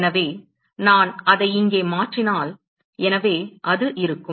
எனவே நான் அதை இங்கே மாற்றினால் எனவே அது இருக்கும்